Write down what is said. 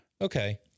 Okay